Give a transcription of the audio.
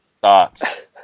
thoughts